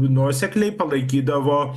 nuosekliai palaikydavo